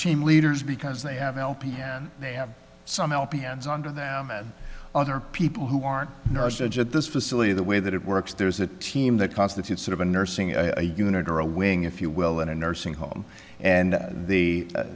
team leaders because they have l p m they have some lp hands on to them and other people who aren't nourished edge at this facility the way that it works there's a team that constitutes sort of a nursing a unit or a wing if you will in a nursing home and the